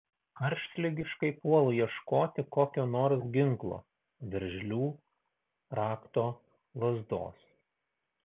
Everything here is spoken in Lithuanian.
karštligiškai puolu ieškoti kokio nors ginklo veržlių rakto lazdos